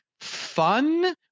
fun